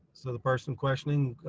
so the person questioning,